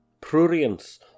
Prurience